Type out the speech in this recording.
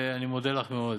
ואני מודה לך מאוד.